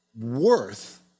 worth